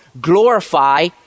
Glorify